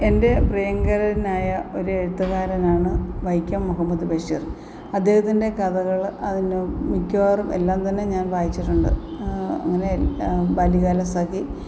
എന്റെ പ്രിയങ്കരനായ ഒരു എഴുത്തുകാരനാണ് വൈക്കം മുഹമ്മദ് ബഷീർ അദ്ദേഹത്തിന്റെ കഥകൾ അതിനു മിക്കവാറും എല്ലാം തന്നെ ഞാൻ വായിച്ചിട്ടുണ്ട് അങ്ങനെ എല്ലാ ബാല്യകാലസഖി